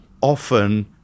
often